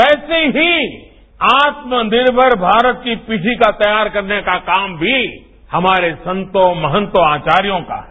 वैसे ही आत्मनिर्भर भारत की पिठिका तैयार करने का काम भी हमारे संतों महंतों आचार्यों का है